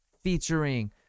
featuring